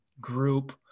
group